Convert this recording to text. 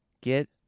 Get